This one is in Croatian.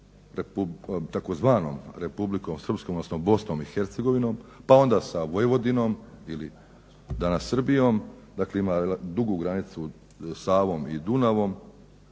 i sa tzv. Republikom Srpskom, odnosno BiH pa onda sa Vojvodinom ili danas Srbijom dakle ima dugu granicu Savom i Dunavom